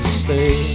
stay